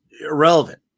irrelevant